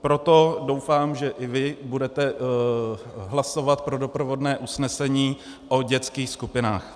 Proto doufám, že i vy budete hlasovat pro doprovodné usnesení o dětských skupinách.